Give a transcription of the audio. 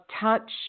touch